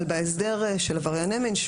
אבל בהסדר של עברייני מין,